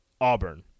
Auburn